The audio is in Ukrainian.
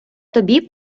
тобі